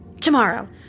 Tomorrow